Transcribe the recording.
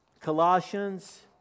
Colossians